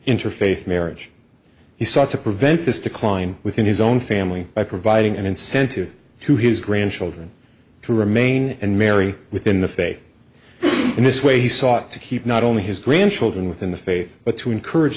interfaith marriage he sought to prevent this decline within his own family by providing an incentive to his grandchildren to remain and marry within the faith in this way he sought to keep not only his grandchildren within the faith but to encourage